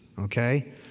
Okay